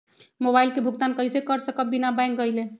Mobile के भुगतान कईसे कर सकब बिना बैंक गईले?